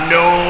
no